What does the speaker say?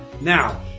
Now